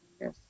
Yes